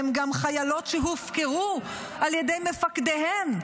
הן גם חיילות שהופקרו על ידי מפקדיהם,